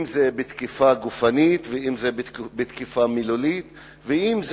אם בתקיפה גופנית ואם בתקיפה מילולית ואם,